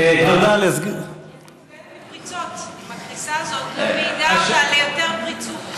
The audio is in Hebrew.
איך היא מוגנת מפריצות,